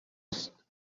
است